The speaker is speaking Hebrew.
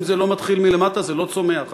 אם זה לא מתחיל מלמטה, זה לא צומח הלאה.